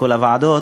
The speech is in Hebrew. בכל הוועדות,